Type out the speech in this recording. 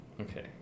Okay